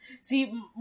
See